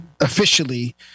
officially